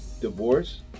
divorce